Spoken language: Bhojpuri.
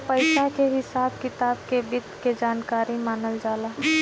पइसा के हिसाब किताब के वित्त के जानकारी मानल जाला